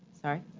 Sorry